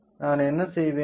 நான் என்ன செய்வேன்